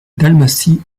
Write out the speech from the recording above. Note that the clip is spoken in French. dalmatie